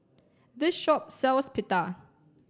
this shop sells Pita